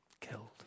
Killed